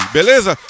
Beleza